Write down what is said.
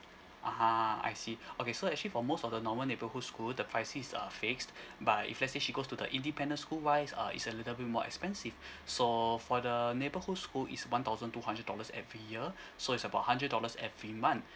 (uh huh) I see okay so actually for most of the normal neighbourhood school the pricing is uh fixed but if let's say she goes to the independent school wise uh it's a little bit more expensive so for the neighbourhood school is one thousand two hundred dollars every year so it's about hundred dollars every month